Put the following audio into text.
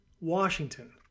Washington